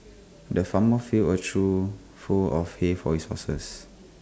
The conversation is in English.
the farmer filled A trough full of hay for his horses